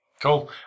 Cool